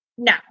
No